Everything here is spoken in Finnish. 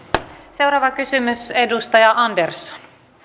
seuraava kysymys edustaja andersson